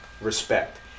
respect